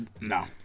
no